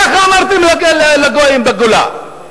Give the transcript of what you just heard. כך אמרתם לגויים בגולה.